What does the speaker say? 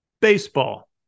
baseball